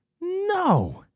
No